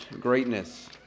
greatness